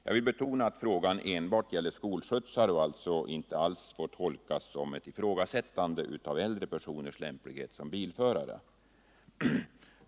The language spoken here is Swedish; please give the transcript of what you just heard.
Jag vill betona att frågan enbart gäller skolskjutsar och inte får tolkas som ett ifrågasättande av äldre personers lämplighet som bilförare.